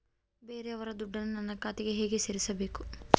ಬೇರೆಯವರ ದುಡ್ಡನ್ನು ನನ್ನ ಖಾತೆಗೆ ಹೇಗೆ ಸೇರಿಸಬೇಕು?